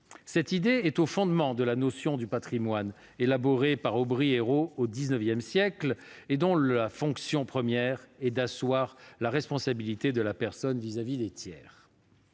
Cette idée est au fondement de la notion de patrimoine, élaborée par Aubry et Rau au XIX siècle, dont la fonction première est d'asseoir la responsabilité de la personne vis-à-vis des tiers.